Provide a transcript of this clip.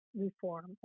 reform